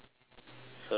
so like what else